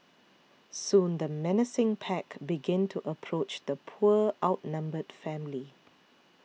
soon the menacing pack began to approach the poor outnumbered family